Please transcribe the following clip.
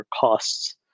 costs